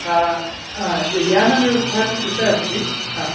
यानव्यवस्था तु कृता अस्ति